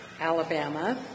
Alabama